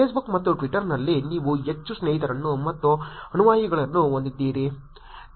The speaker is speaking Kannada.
Facebook ಮತ್ತು Twitter ನಲ್ಲಿ ನೀವು ಎಷ್ಟು ಸ್ನೇಹಿತರು ಮತ್ತು ಅನುಯಾಯಿಗಳನ್ನು ಹೊಂದಿದ್ದೀರಿ